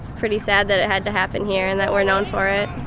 pretty sad that it had to happen here and that we're known for it.